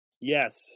Yes